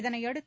இதளையடுத்து